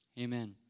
Amen